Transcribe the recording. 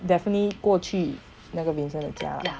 daphne 过去那个 vincent 的家